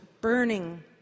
burning